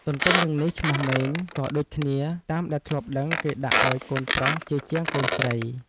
ទទ្ទឹមនឹងនេះឈ្មោះម៉េង ក៏ដូចគ្នាតាមដែលធ្លាប់ដឹងគេដាក់អោយកូនប្រុសជាជាងកូនស្រី។